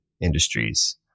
industries